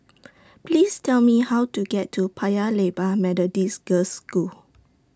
Please Tell Me How to get to Paya Lebar Methodist Girls' School